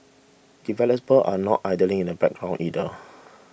developers are not idling in the background either